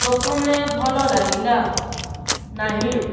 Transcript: ପ୍ରଥମେ ଭଲ ଲାଗିଲା ନାହିଁ